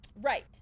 Right